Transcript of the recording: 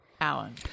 Alan